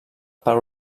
per